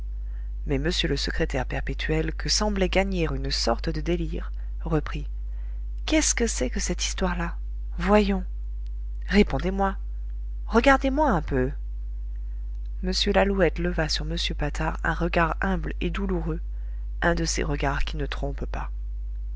mais m le secrétaire perpétuel que semblait gagner une sorte de délire reprit qu'est-ce que c'est que cette histoire-là voyons répondez-moi regardez-moi un peu m lalouette leva sur m patard un regard humble et douloureux un de ces regards qui ne trompent pas